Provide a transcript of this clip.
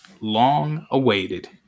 long-awaited